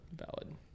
Valid